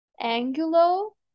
Angulo